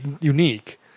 unique